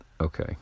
Okay